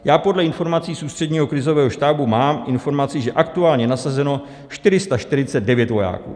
Já podle informací z Ústředního krizového štábu mám informaci, že aktuálně je nasazeno 449 vojáků.